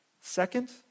Second